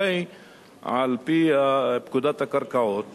הרי על-פי פקודת הקרקעות